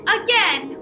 again